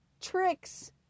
tricks